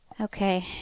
Okay